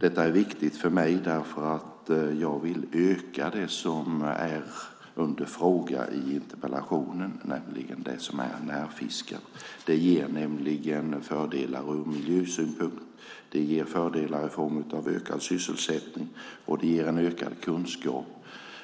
Det här är viktigt för mig, för jag vill öka det som är under fråga i interpellationen, det vill säga Närfiskat. Det ger nämligen fördelar ur miljösynpunkt. Det ger fördelar i form av ökad sysselsättning och det ger en ökad kunskap